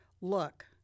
Look